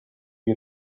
you